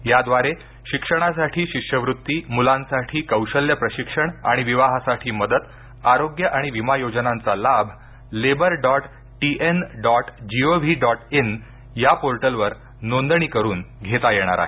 याद्वारे शिक्षणासाठी शिष्यवृत्ती मुलांसाठी कौशल्य प्रशिक्षण आणि विवाहासाठी मदत आरोग्य आणि विमा योजनांचा लाभ labour dot TN dot GOV dot in या पोर्टलवर नोंदणी करून घेता येणार आहेत